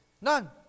None